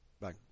Bye